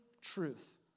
truth